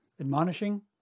admonishing